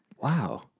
Wow